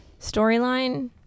storyline